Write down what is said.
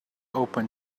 open